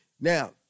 Now